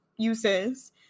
uses